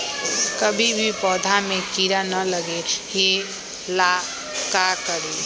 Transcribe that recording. कभी भी पौधा में कीरा न लगे ये ला का करी?